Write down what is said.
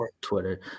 Twitter